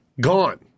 Gone